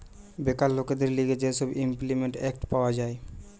বেকার লোকদের লিগে যে সব ইমল্পিমেন্ট এক্ট পাওয়া যায়